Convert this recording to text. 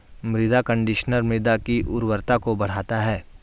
मृदा कंडीशनर मृदा की उर्वरता को बढ़ाता है